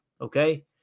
Okay